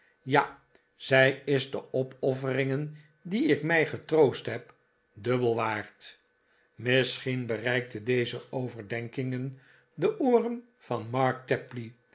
ja zij is de opofferingen die ik mij getroost heb dubbel waard misschien bereikten deze overdenkingen de ooren van mark tapley